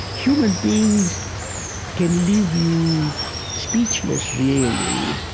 human beings can leave you speechless, really.